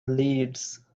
leads